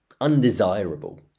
undesirable